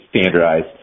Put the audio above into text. standardized